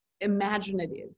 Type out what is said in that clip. imaginative